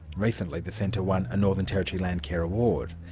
recently the centre won a northern territory landcare award.